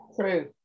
true